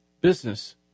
business